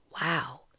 Wow